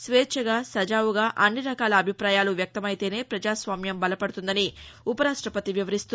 స్వేచ్ఛగా సజావుగా అన్ని రకాల అభిపాయాలు వ్యక్తమైతేనే పజాస్వామ్యం బలపడుతుందని ఉపరాష్టపతి వివరిస్తూ